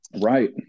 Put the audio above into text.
Right